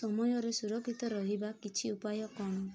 ସମୟରେ ସୁରକ୍ଷିତ ରହିବା କିଛି ଉପାୟ କ'ଣ